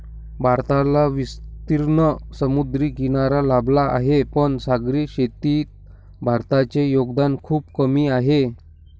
भारताला विस्तीर्ण समुद्रकिनारा लाभला आहे, पण सागरी शेतीत भारताचे योगदान खूप कमी आहे